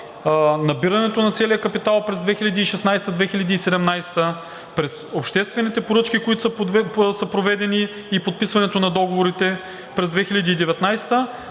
набирането на целия капитал през 2016 – 2017 г., през обществените поръчки, които са проведени, и подписването на договорите през 2019